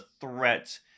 threat